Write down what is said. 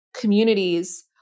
communities